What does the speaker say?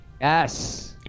yes